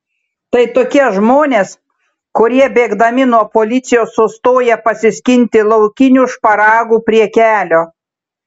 tai tokie žmonės kurie bėgdami nuo policijos sustoja pasiskinti laukinių šparagų prie kelio